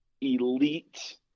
elite